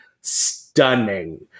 stunning